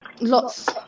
lots